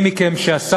מי מכם שעסק